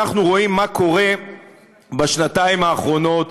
אנחנו רואים מה קורה בשנתיים האחרונות,